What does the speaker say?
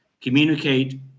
communicate